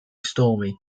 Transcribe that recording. stormy